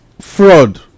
fraud